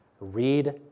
read